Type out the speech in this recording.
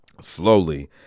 Slowly